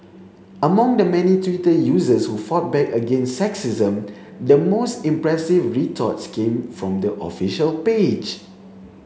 among the many Twitter users who fought back against sexism the most impressive retorts came from the official page